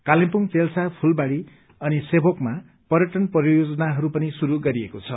कालेबुङ चेल्सा फुलबाङी अनि सेवोकमा पर्यटन परियोजनाहरू पनि शुरू गरिएको छ